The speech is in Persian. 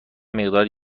مقداری